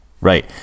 right